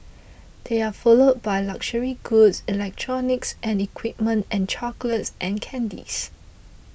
they are followed by luxury goods electronics and equipment and chocolates and candies